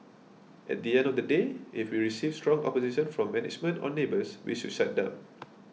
at the end of the day if we received strong opposition from management or neighbours we should shut down